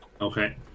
Okay